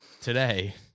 Today